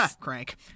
crank